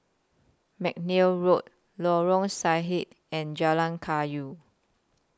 Mcnair Road Lorong Sahad and Jalan Kayu